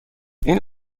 این